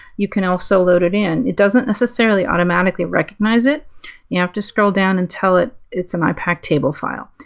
you can also load it in it doesn't necessarily automatically recognize it you have to scroll down and tell it it's an ipac table file.